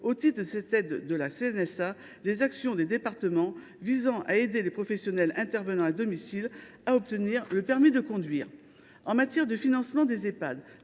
au titre de cette aide de la CNSA, les actions des départements visant à aider les professionnels intervenant à domicile à obtenir le permis. En matière de financement des Ehpad,